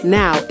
now